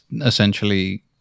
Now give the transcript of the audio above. essentially